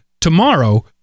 tomorrow